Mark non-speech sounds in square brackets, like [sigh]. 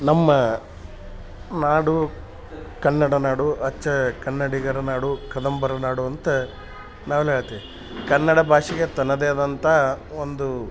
ನಮ್ಮ ನಾಡು ಕನ್ನಡ ನಾಡು ಅಚ್ಚ ಕನ್ನಡಿಗರ ನಾಡು ಕದಂಬರ ನಾಡು ಅಂತ [unintelligible] ಕನ್ನಡ ಭಾಷೆಗೆ ತನ್ನದೇ ಆದಂಥ ಒಂದು